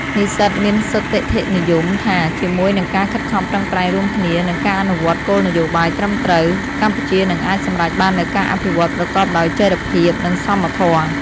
និស្សិតមានសុទិដ្ឋិនិយមថា ជាមួយនឹងការខិតខំប្រឹងប្រែងរួមគ្នា និងការអនុវត្តគោលនយោបាយត្រឹមត្រូវ កម្ពុជានឹងអាចសម្រេចបាននូវការអភិវឌ្ឍន៍ប្រកបដោយចីរភាព និងសមធម៌។